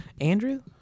Andrew